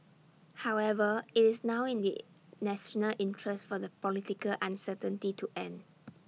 however IT is now in the national interest for the political uncertainty to end